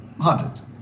Haunted